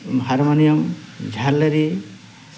harmonium ଝାଲେରୀ